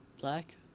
black